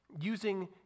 using